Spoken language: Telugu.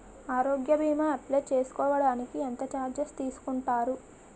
ఆరోగ్య భీమా అప్లయ్ చేసుకోడానికి ఎంత చార్జెస్ తీసుకుంటారు?